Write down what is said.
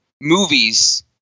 movies